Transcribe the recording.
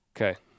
okay